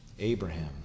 Abraham